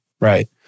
Right